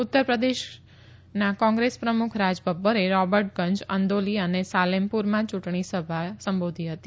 ઉત્તરપ્રદેશ કોંગ્રેસ પ્રમુખ રાજ બબ્બરે રોબર્ટ ગંજ અંદૌલી અને સાલેમપુરમાં ચુંટણી સભા સંબોધી હતી